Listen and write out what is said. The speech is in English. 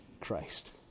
Christ